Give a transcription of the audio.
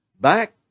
Back